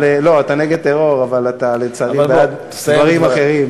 אתה נגד טרור, אבל אתה, לצערי, בעד דברים אחרים.